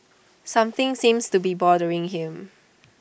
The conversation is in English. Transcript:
something seems to be bothering him